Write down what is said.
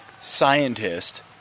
scientist